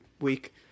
week